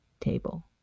table